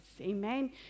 amen